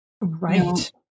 right